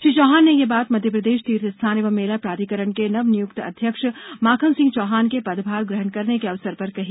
श्री चौहान ने यह बात मध्यप्रदेश तीर्थ स्थान एवं मेला प्राधिकरण के नवनियुक्त अध्यक्ष माखन सिंह चौहान के पदभार ग्रहण करने के अवसर पर कही